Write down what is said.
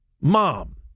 mom